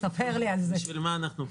בשביל מה אנחנו פה?